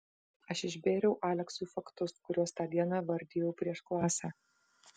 aš išbėriau aleksui faktus kuriuos tą dieną vardijau prieš klasę